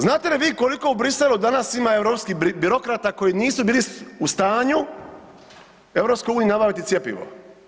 Znate li vi koliko u Briselu danas ima europskih birokrata koji nisu bili u stanju EU nabaviti cijepivo?